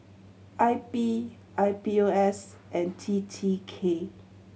I B I B O S and T T K